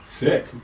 Sick